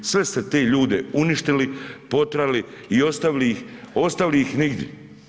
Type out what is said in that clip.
Sve ste te ljude uništili, poterali i ostavili ih, ostavili ih nigdje.